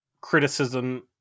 criticism